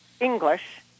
English